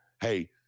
Hey